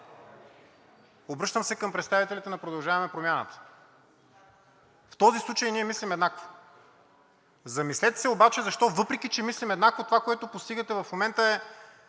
Обръщам се към представителите на „Продължаваме Промяната“. В този случай ние мислим еднакво. Замислете се обаче защо, въпреки че мислим еднакво, това, което постигате в момента, е